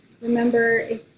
remember